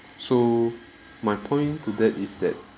so my point to that is that